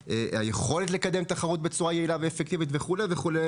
היכולת לקדם תחרות בצורה יעילה ואפקטיבית וכו'